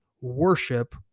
worship